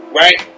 right